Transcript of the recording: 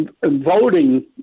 voting